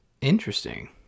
Interesting